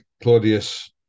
Claudius